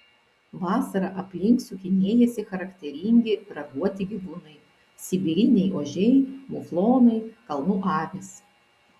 vasarą aplink sukinėjasi charakteringi raguoti gyvūnai sibiriniai ožiai muflonai kalnų avys